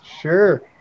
sure